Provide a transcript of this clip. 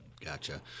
Gotcha